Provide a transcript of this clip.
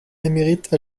émérite